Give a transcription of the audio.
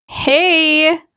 hey